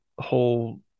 whole